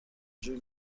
جور